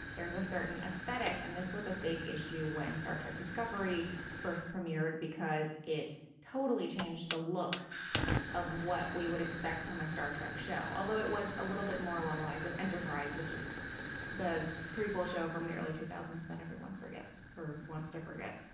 there is a certain aesthetic and this was a big issue when star trek discovery first premiered, because it totally changed the look of what we would expect from a star trek show, although it was a little bit more along the lines of enterprise, which is the prequel show from the early two thousand s that everyone forgets or wants to forget.